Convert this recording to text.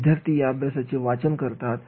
विद्यार्थी या अभ्यासाचे वाचन करतात